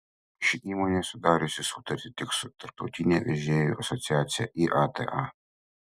ši įmonė sudariusi sutartį tik su tarptautine vežėjų asociacija iata